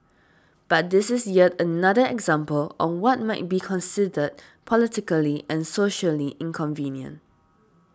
but this is yet another example of what might be considered politically and socially inconvenient